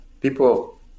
people